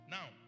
Now